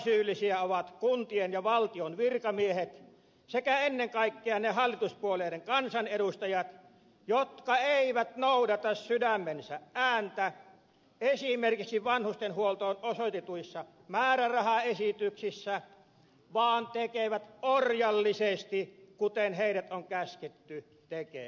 osasyyllisiä ovat kuntien ja valtion virkamiehet sekä ennen kaikkea ne hallituspuolueiden kansanedustajat jotka eivät noudata sydämensä ääntä esimerkiksi vanhustenhuoltoon osoitetuissa määrärahaesityksissä vaan tekevät orjallisesti kuten heidät on käsketty tekemään